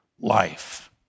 life